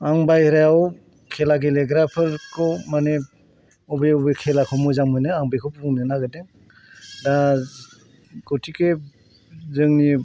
आं बायह्रायाव खेला गेलेग्राफोरखौ माने अबे अबे खेलाखौ मोजां मोनो आं बेखौ बुंनो नागिरदों दा गथिखे जोंनि